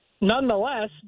nonetheless